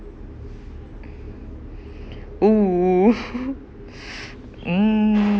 !woo! mm